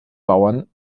bauern